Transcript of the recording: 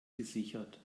gesichert